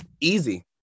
easy